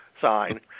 sign